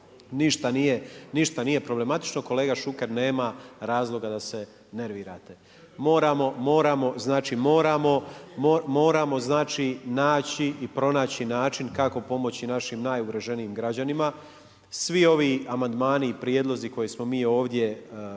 Ništa nije problematično. Kolega Šuker, nema razloga da se nervirate. Moramo znači naći i pronaći način kako pomoći našim najugroženijim građanima. Svi ovi amandmani i prijedlozi koje smo mi ovdje dali